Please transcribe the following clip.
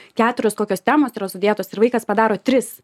keturios kokios temos yra sudėtos ir vaikas padaro tris